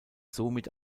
somit